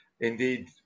Indeed